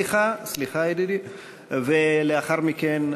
לאחר מכן,